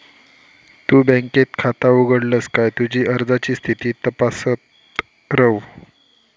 तु बँकेत खाता उघडलस काय तुझी अर्जाची स्थिती तपासत रव